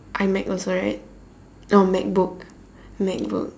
iMac also right oh MacBook MacBook